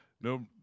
no